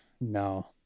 No